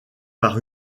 par